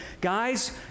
guys